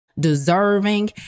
Deserving